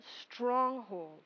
stronghold